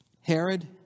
Herod